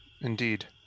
Indeed